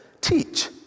teach